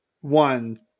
One